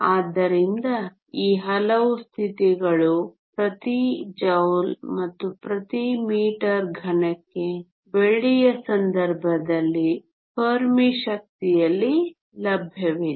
ಆದ್ದರಿಂದ ಈ ಹಲವು ಸ್ಥಿತಿಗಳು ಪ್ರತಿ ಜೌಲ್ ಮತ್ತು ಪ್ರತಿ ಮೀಟರ್ ಘನಕ್ಕೆ ಬೆಳ್ಳಿಯ ಸಂದರ್ಭದಲ್ಲಿ ಫರ್ಮಿ ಶಕ್ತಿಯಲ್ಲಿ ಲಭ್ಯವಿದೆ